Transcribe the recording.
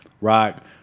rock